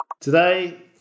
Today